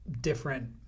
different